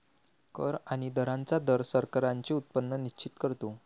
कर आणि दरांचा दर सरकारांचे उत्पन्न निश्चित करतो